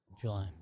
July